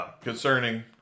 concerning